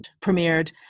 premiered